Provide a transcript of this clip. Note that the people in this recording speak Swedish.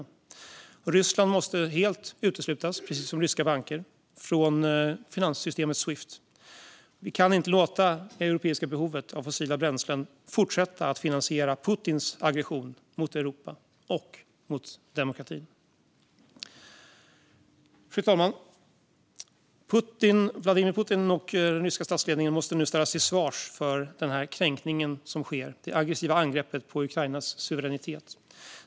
Ryssland, precis som ryska banker, måste uteslutas helt från finanssystemet Swift. Vi kan inte låta det europeiska behovet av fossila bränslen fortsätta att finansiera Putins aggression mot Europa och demokratin. Fru talman! Vladimir Putin och den ryska statsledningen måste ställas till svars för den kränkning som sker - det aggressiva angreppet på Ukrainas suveränitet.